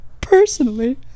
Personally